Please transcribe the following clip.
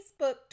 facebook